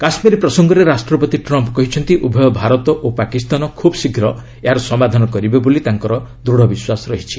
କାଶୁୀର ପ୍ରସଙ୍ଗରେ ରାଷ୍ଟପତି ଟ୍ରମ୍ପ୍ କହିଛନ୍ତି ଉଭୟ ଭାରତ ଓ ପାକିସ୍ତାନ ଖୁବ୍ ଶୀଘ୍ର ଏହାର ସମାଧାନ କରିବେ ବୋଲି ତାଙ୍କର ବିଶ୍ୱର ରହିଛି